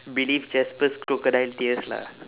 believed jasper's crocodile tears lah